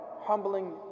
humbling